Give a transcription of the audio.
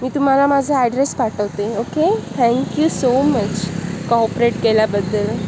मी तुम्हाला माझा ॲड्रेस पाठवते okay thank you so much cooperate केल्याबद्दल